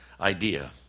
idea